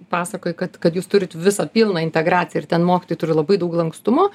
pasakoji kad kad jūs turit visą pilną integraciją ir ten mokytojai turi labai daug lankstumo